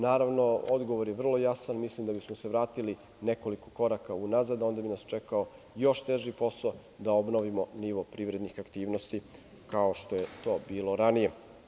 Naravno, odgovor je vrlo jasan, mislim da bismo se vratili nekoliko koraka u nazad, a onda bi nas čekao još teži posao da obnovimo nivo privrednih aktivnosti kao što je to bilo ranije.